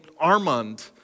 Armand